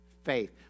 Faith